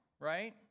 right